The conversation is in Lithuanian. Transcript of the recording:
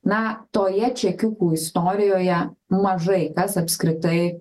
na toje čekiukų istorijoje mažai kas apskritai